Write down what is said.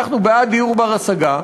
אנחנו בעד דיור בר-השגה,